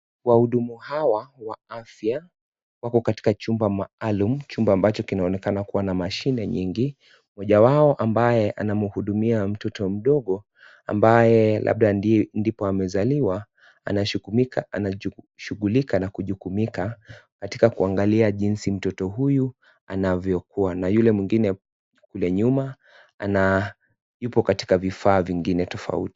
Wahudumu hawa wa afya wako katika chumba maalum, chumba ambacho kinaonekana kuwa na mashine nyingi, mmoja wao ambaye anamhudumia mtoto mdogo ambaye labda ndipo amezaliwa anashughulika na kujukumika katika kuangalia jinsi mtoto huyu anavyokuwa na yule mwingine kule nyuma yupo katika vifaa tofauti.